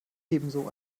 ebenso